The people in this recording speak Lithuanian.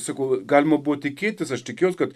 sakau galima buvo tikėtis aš tikiuos kad